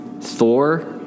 Thor